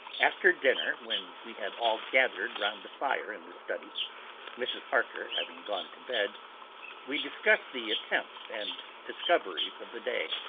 after dinner, when we had all gathered round the fire in the study mrs. harker having gone to bed we discussed the attempts and discoveries of the day.